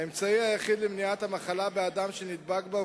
האמצעי היחיד למניעת המחלה באדם שנדבק בה הוא